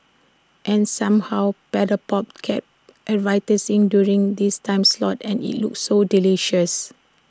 and somehow Paddle pop kept advertising during this time slot and IT looked so delicious